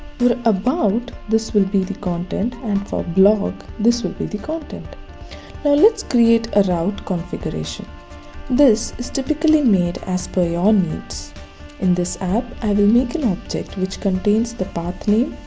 for about this will be the content and for blog, this will be the content now let's create a route configuration this is typically made as per your needs in this app, i will make an object which contains the pathname,